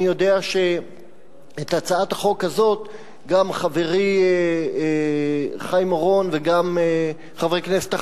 אני יודע שאת הצעת החוק הזאת גם חברי חיים אורון וגם חברי כנסת אחרים,